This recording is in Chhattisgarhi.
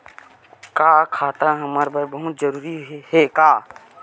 का खाता हमर बर बहुत जरूरी हे का?